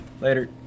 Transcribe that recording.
Later